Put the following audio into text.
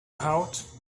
out